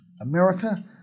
America